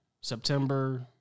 September